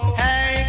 hey